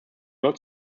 not